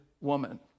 woman